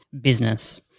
business